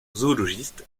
zoologiste